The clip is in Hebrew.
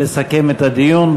לסכם את הדיון.